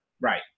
Right